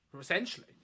essentially